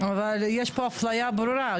אבל יש פה אפליה ברורה,